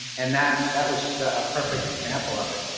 and that that was just a ah perfect example of it.